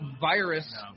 virus